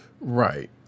right